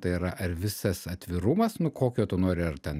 tai yra ar visas atvirumas nu kokio tu nori ar ten